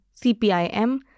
CPIM